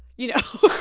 you know.